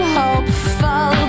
hopeful